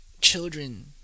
children